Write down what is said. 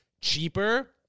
cheaper